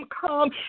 come